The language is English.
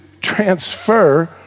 transfer